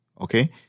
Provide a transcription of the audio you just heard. Okay